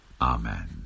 Amen